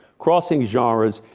crossing genres,